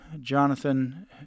Jonathan